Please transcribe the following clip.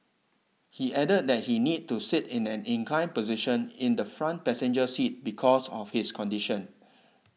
he added that he needs to sit in an inclined position in the front passenger seat because of his condition